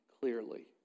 clearly